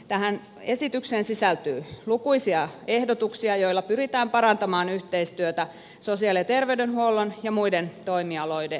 tähän esitykseen sisältyy lukuisia ehdotuksia joilla pyritään parantamaan yhteistyötä sosiaali ja terveydenhuollon ja muiden toimialojen kesken